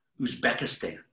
Uzbekistan